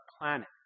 planet